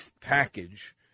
package